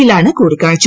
ല്ലാണ് കൂടിക്കാഴ്ച